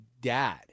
dad